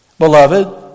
beloved